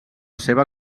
seva